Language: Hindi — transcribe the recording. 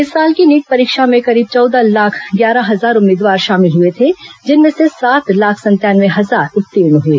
इस साल की नीट परीक्षा में करीब चौदह लाख ग्यारह हजार उम्मीदवार शामिल हुए थे जिनमें से सात लाख संतानवे हजार उत्तीर्ण हए